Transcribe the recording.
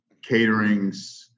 caterings